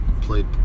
played